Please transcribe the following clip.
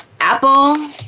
Apple